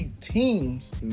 teams